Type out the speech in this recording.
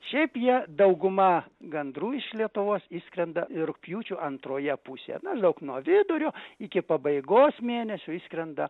šiaip jie dauguma gandrų iš lietuvos išskrenda rugpjūčio antroje pusėje maždaug nuo vidurio iki pabaigos mėnesio išskrenda